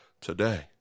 today